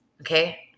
Okay